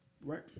Right